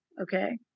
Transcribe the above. Okay